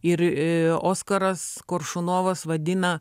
ir oskaras koršunovas vadina